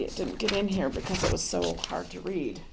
it didn't get him here because it was so hard to read